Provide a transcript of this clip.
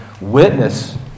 witness